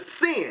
sin